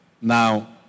Now